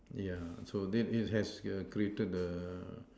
yeah so did it has err created a